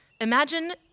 Imagine